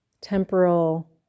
temporal